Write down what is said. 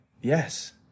yes